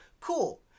Cool